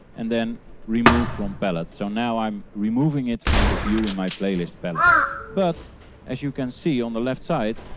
and then remove from pallette. so now i'm removing it from the view in my playlist pallet but as you can see on the left side,